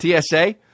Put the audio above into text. TSA